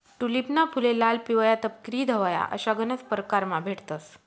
टूलिपना फुले लाल, पिवया, तपकिरी, धवया अशा गनज परकारमा भेटतंस